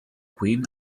queen